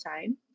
time